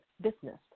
business